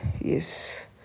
yes